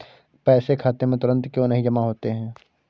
पैसे खाते में तुरंत क्यो नहीं जमा होते हैं?